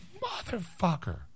motherfucker